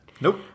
nope